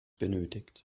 benötigt